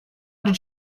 did